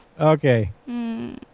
Okay